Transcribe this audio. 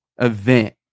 event